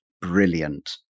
brilliant